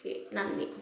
okay നന്ദി